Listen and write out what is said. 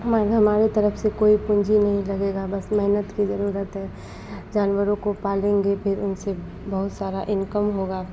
मन हमारे तरफ से कोई पूँजी नहीं लगेगा बस मेहनत की ज़रूरत है जानवरों को पालेगे फ़िर उनसे बहुत सारा इनकम होगा